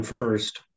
first